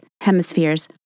hemispheres